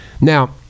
Now